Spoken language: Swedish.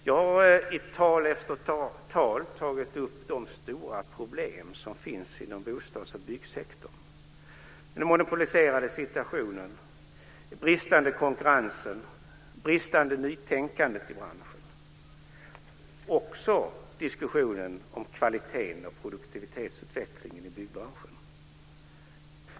Jag har i tal efter tal tagit upp de stora problem som finns inom bostadsoch byggsektorn - den monopoliserade situationen, den bristande konkurrensen, det bristande nytänkandet i branschen och också diskussionen om kvaliteten och produktivitetsutvecklingen i byggbranschen.